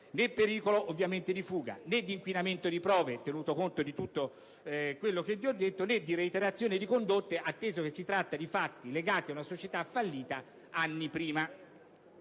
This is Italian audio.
né pericolo di fuga, né di inquinamento di prove, tenuto conto di tutto ciò che vi ho detto, né di reiterazione di condotte, atteso che si tratta di fatti legati ad una società fallita anni prima.